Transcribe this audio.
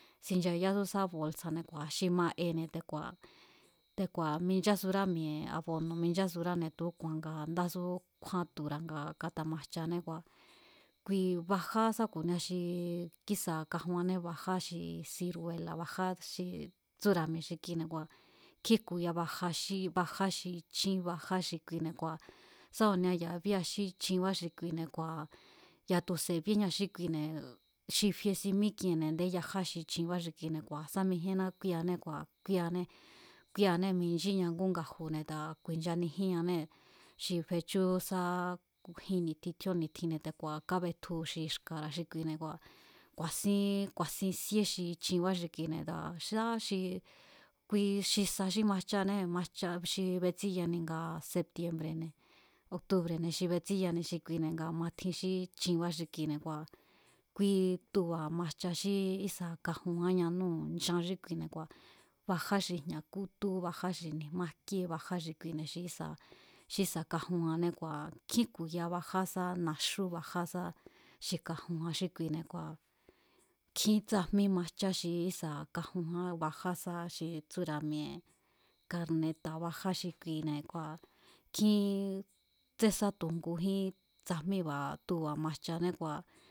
Sinchayású sá bolsa̱ne̱ kua̱ xi ma'ene̱ te̱ku̱a̱, te̱ku̱a̱ minchásurá mi̱e̱ abono̱ minchásurane̱ tu̱úku̱a̱n nga ndású kjúán tura̱ nga kátamajchané kua̱ kui bajá sá ku̱nia xi kísa̱ kajunjané bajá xi siruela̱, bajá xi tsúra̱mi̱e̱ xi kine̱ kua̱ nkjín jku̱ya̱ baja xí, bajá xi chín bajá xi kuine̱ kua̱ sá ku̱nia ya̱a bajá xí chibá xi kuine̱ kua̱ a̱ tu̱se̱ bíéña xí kine̱. Xi fie si mí'kiene̱ a̱ndé yaja xi chinbá xi kine̱ kua̱ sá mijíénná kúíéané kua̱ kúíéané, kúíéané minchía ngú nga̱ju̱ne̱ te̱ku̱a̱ ku̱i̱nchanijíannée̱ xi fechú sá jin ni̱tjin tjíón ni̱tjinné̱ te̱ku̱a̱ kábetju xi xka̱ra̱ xi kuine̱ kua̱ ku̱a̱sín ku̱a̱sin síé xi chinbá xi kuine̱ te̱ku̱a̱ sá xi kui xi sa xí majchanée̱, majcha xi betsíyani nga septiembre̱ne̱ octubre̱ne̱ xi betsíyani xi kuine nga matjin xí chinbá xi kine̱ ngua̱ kui tuba̱ majcha xi ísa̱ kajunján ñanúu̱ nchan xí kuine̱ kua̱ bajá xi jña̱ kútú bajá xi ni̱jmá jkíé bajá xi kuine̱ xi ísa̱, xi ísa̱ kajunjanné kua̱ nkjín jku̱ya̱ bajá sá naxú bajá sá xi kajunjan xí kuine̱ kua̱ nkjín tsajmí majchá xi ísa̱ kajunján bajá sá xi tsúra̱ mi̱e̱ karneta̱ bajá xi kuine̱ kua̱ nkjín tsénsá tu̱ ngujín tsajmíba̱ tuba̱ majchané kua̱.